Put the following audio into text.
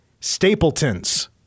stapletons